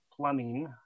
plumbing